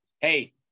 Hey